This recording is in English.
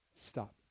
Stop